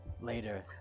later